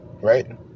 right